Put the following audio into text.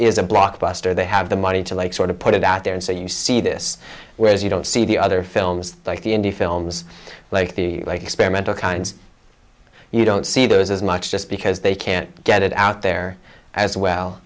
is a blockbuster they have the money to like sort of put it out there and so you see this whereas you don't see the other films like the indie films like the like experimental kinds you don't see those as much just because they can't get it out there as well